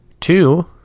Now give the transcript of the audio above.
Two